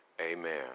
Amen